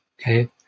Okay